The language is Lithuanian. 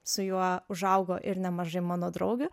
su juo užaugo ir nemažai mano draugių